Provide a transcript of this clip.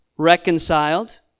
reconciled